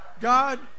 God